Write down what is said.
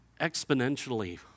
exponentially